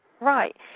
Right